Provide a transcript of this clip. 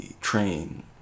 train